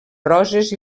roses